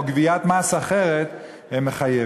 או גביית מס אחרת מחייבת.